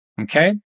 Okay